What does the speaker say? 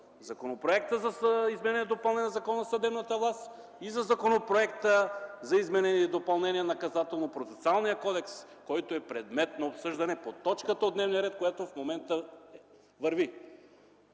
Законопроекта за изменение и допълнение на Закона за съдебната власт и Законопроекта за изменение и допълнение на Наказателно-процесуалния кодекс, който е предмет на обсъждане по точката от дневния ред, която върви